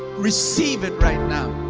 receive it right now.